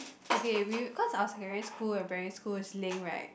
okay we cause our secondary school and primary school is link right